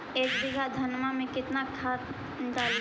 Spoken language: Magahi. एक बीघा धन्मा में केतना खाद डालिए?